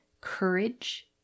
Courage